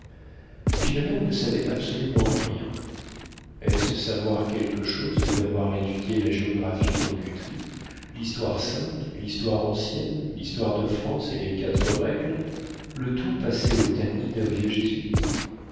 philomène ne savait absolument rien est-ce savoir quelque chose que d'avoir étudié la géographie dans guthrie l'histoire sainte l'histoire ancienne l'histoire de france et les quatre règles le tout passé au tamis d'un vieux jésuite